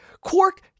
Quark